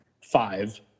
five